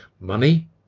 money